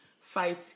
fight